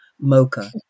Mocha